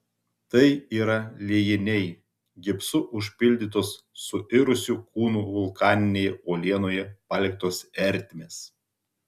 tai yra liejiniai gipsu užpildytos suirusių kūnų vulkaninėje uolienoje paliktos ertmės